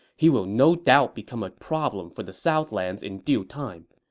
he will no doubt become a problem for the southlands in due time.